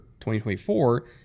2024